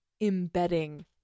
embedding